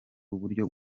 uburyo